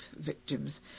victims